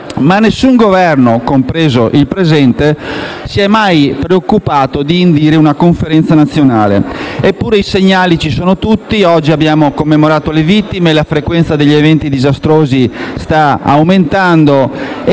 ma nessun Governo, compreso il nostro attuale, si è mai preoccupato di indire una conferenza nazionale. Eppure i segnali ci sono tutti. Oggi abbiamo commemorato delle vittime; la frequenza degli eventi disastrosi sta aumentando,